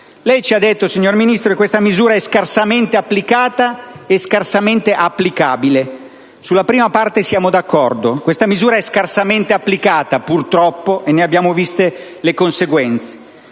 Lei ci ha detto, signor Ministro, che detta misura è scarsamente applicata e scarsamente applicabile. Sulla prima parte siamo d'accordo: questa misura è scarsamente applicata, purtroppo, ed abbiamo visto le conseguenze.